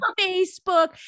Facebook